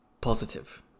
positive